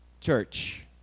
church